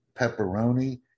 pepperoni